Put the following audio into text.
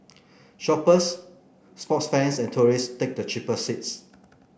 shoppers sports fans and tourists take the cheaper seats